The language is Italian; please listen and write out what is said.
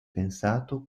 pensato